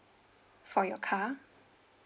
for your car